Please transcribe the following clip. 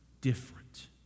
different